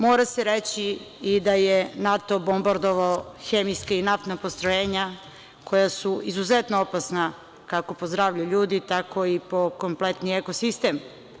Mora se reći i da je NATO bombardovao hemijska i naftna postrojenja, koja su izuzetno opasna, kako po zdravlje ljudi, tako i po kompletni eko sistem.